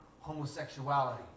homosexuality